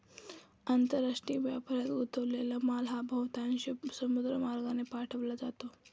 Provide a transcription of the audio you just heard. आंतरराष्ट्रीय व्यापारात गुंतलेला माल हा बहुतांशी समुद्रमार्गे पाठवला जातो